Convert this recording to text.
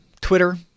Twitter